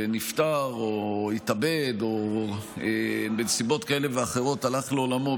נפטר או התאבד או בנסיבות כאלה ואחרות הלך לעולמו,